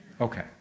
Okay